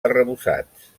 arrebossats